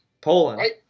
Poland